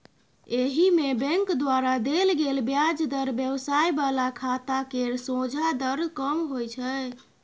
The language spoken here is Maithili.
एहिमे बैंक द्वारा देल गेल ब्याज दर व्यवसाय बला खाता केर सोंझा दर कम होइ छै